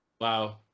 wow